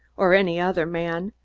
or any other man,